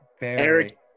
eric